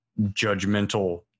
judgmental